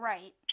Right